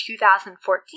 2014